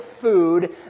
food